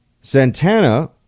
Santana